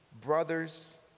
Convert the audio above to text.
brothers